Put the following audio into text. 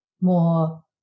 more